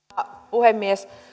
puhemies